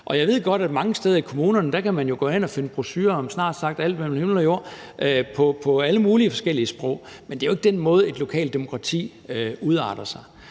Og jeg ved godt, at mange steder i kommunerne kan man jo gå hen at finde brochurer om snart sagt alt mellem himmel og jord på alle mulige forskellige sprog, men det er jo ikke på den måde, et lokalt demokrati udarter sig.